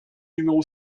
numéro